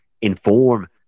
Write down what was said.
inform